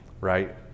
right